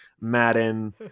Madden